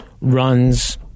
runs